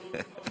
כן,